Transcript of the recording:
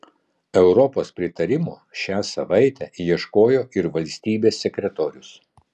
europos pritarimo šią savaitę ieškojo ir valstybės sekretorius